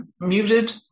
muted